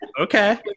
okay